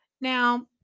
Now